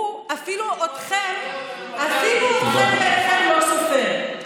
והוא, אפילו אתכם לא סופר.